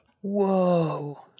Whoa